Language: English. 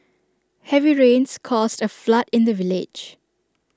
heavy rains caused A flood in the village